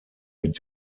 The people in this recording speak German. mit